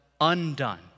undone